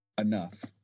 Enough